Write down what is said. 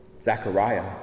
Zechariah